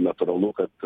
natūralu kad